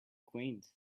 quaint